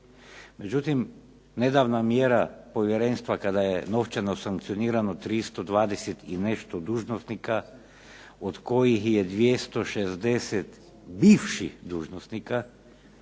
Međutim, nedavna mjera povjerenstva kada je novčano sankcionirano 320 i nešto dužnosnika od kojih je 260 bivših dužnosnika,